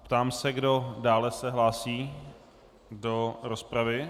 Ptám se, kdo dále se hlásí do rozpravy.